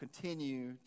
continue